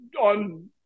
on